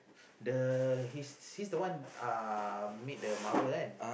the he's he's the one made the marble one